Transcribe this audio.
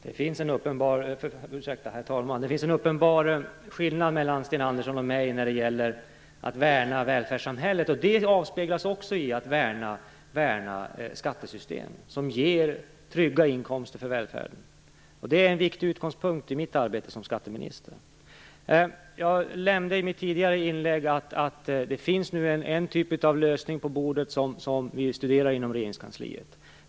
Herr talman! Det finns en uppenbar skillnad mellan Sten Andersson och mig när det gäller att värna välfärdssamhället. Det avspeglas också i viljan att värna skattesystem som ger trygga inkomster för välfärden. Det är en viktig utgångspunkt i mitt arbete som skatteminister. Jag nämnde i mitt tidigare inlägg att det nu ligger en typ av lösning på bordet. Vi studerar den inom regeringskansliet.